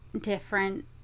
different